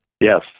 Yes